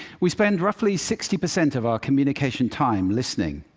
we spend roughly sixty percent of our communication time listening,